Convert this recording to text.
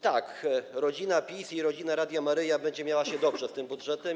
Tak, rodzina PiS i Rodzina Radia Maryja będą miały się dobrze z tym budżetem.